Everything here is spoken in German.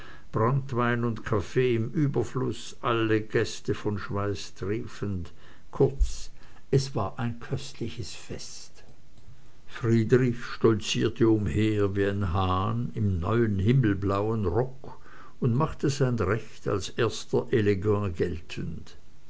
branntwein und kaffee im überfluß alle gäste von schweiß triefend kurz es war ein köstliches fest friedrich stolzierte umher wie ein hahn im neuen himmelblauen rock und machte sein recht als erster elegant geltend